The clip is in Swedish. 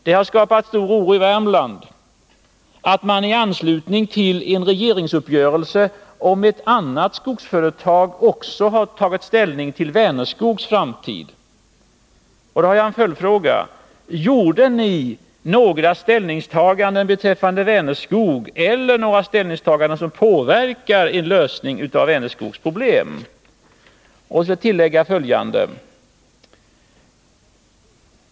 Det har skapat stor oro i Värmland att man i anslutning tillen regeringsuppgörelse om ett annat skogsföretag också har tagit ställning Nr 49 till Vänerskogs framtid. Jag har en följdfråga: Gjorde ni några ställningsta Måndagen den ganden beträffande Vänerskog eller några ställningstaganden som påverkar 1 5 december 1980 en lösning av Vänerskogs problem? Jag vill tillägga följande.